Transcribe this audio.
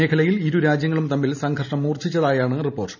മേഖലയിൽ ഇരുരാജ്യങ്ങളും തമ്മിൽ സംഘർഷം മൂർച്ഛിച്ചതായാണ് റിപ്പോർട്ട്